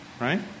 Right